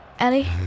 Ellie